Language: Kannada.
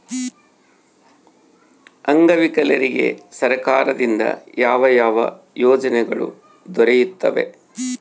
ಅಂಗವಿಕಲರಿಗೆ ಸರ್ಕಾರದಿಂದ ಯಾವ ಯಾವ ಯೋಜನೆಗಳು ದೊರೆಯುತ್ತವೆ?